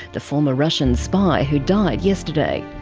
the former russian spy who died yesterday.